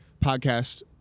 podcast